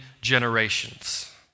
generations